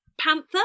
panther